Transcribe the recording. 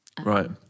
Right